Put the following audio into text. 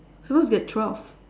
supposed to get twelve